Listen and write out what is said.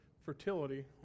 fertility